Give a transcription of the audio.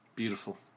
Beautiful